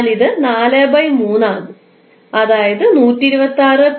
അതിനാൽ ഇത് ആകും അതായത് 126